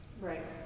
Right